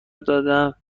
دادم